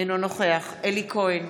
אינו נוכח אלי כהן,